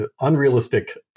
unrealistic